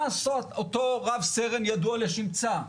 מה עשה אותו רב סרן ידוע לשמצה,